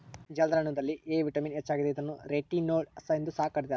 ಜಲ್ದರ್ ಹಣ್ಣುದಲ್ಲಿ A vitamin ಹೆಚ್ಚಾಗಿದೆ ಇದನ್ನು ರೆಟಿನೋಲ್ ಎಂದು ಸಹ ಕರ್ತ್ಯರ